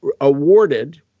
awarded